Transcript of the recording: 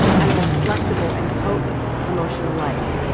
and a more flexible and potent emotional life.